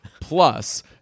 Plus